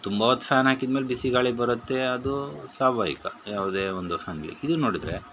ತುಂಬ ಹೊತ್ತು ಫ್ಯಾನ್ ಹಾಕಿದ ಮೇಲೆ ಬಿಸಿ ಗಾಳಿ ಬರುತ್ತೆ ಅದು ಸ್ವಾಭಾವಿಕ ಯಾವುದೇ ಒಂದು ಫ್ಯಾನ್ ಇರಲಿ ಇಲ್ಲಿ ನೋಡಿದರೆ